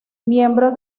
miembro